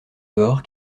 dehors